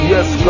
Yes